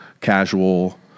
casual